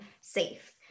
safe